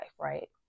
right